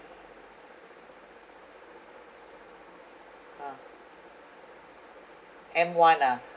M one ah